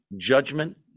judgment